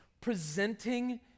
presenting